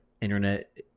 internet